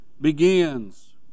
begins